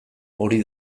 hori